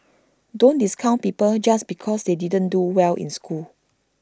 don't discount people just because they didn't do well in school